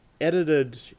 ...edited